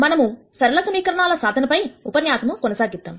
మనం సరళ సమీకరణాల సాధనపై ఉపన్యాసము కొనసాగిద్దాం